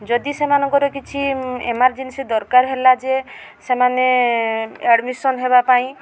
ଯଦି ସେମାନଙ୍କର କିଛି ଏମାର୍ଜନସି ଦରକାର ହେଲା ଯେ ସେମାନେ ଆଡ଼ମିସନ୍ ହେବାପାଇଁ